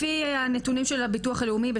לפי הנתונים של הביטוח הלאומי,